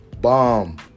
bomb